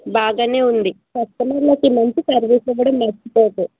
బాగానే ఉంది కస్టమర్లకి మంచి సర్వీస్ ఇవ్వడం మర్చిపోకు